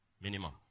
minimum